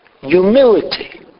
Humility